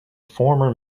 former